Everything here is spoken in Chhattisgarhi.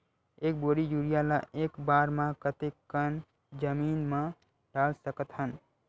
एक बोरी यूरिया ल एक बार म कते कन जमीन म डाल सकत हन?